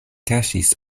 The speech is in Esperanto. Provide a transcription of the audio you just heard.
kaŝis